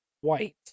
white